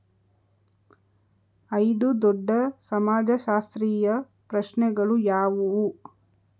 ಐದು ದೊಡ್ಡ ಸಮಾಜಶಾಸ್ತ್ರೀಯ ಪ್ರಶ್ನೆಗಳು ಯಾವುವು?